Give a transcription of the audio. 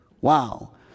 wow